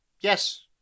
yes